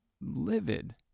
livid